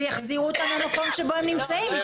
ויחזירו אותם למקום שבו הם נמצאים,